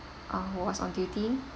uh was on duty